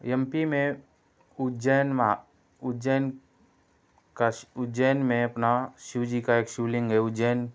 M P में उज्जैन महा उज्जैन काशी उज्जैन में अपना शिवजी का एक शिवलिंग है उज्जैन